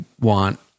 want